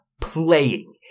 playing